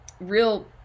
real